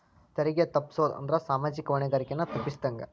ತೆರಿಗೆ ತಪ್ಪಸೊದ್ ಅಂದ್ರ ಸಾಮಾಜಿಕ ಹೊಣೆಗಾರಿಕೆಯನ್ನ ತಪ್ಪಸಿದಂಗ